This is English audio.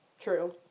True